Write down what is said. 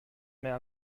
mehr